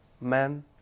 men